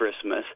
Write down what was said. Christmas